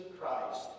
Christ